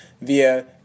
via